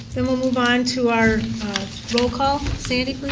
then we'll move on to our roll call. sandy,